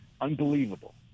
unbelievable